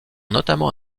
notamment